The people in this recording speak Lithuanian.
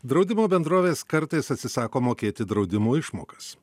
draudimo bendrovės kartais atsisako mokėti draudimo išmokas